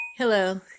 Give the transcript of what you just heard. Hello